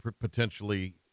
potentially